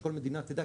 שכל מדינה תדע,